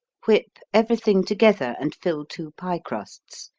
whip everything together and fill two pie crusts.